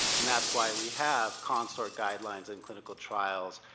and that's why we have consort guidelines and clinical trials.